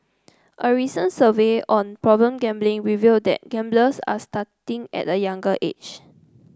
a recent survey on problem gambling revealed that gamblers are starting at a younger age